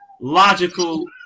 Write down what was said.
logical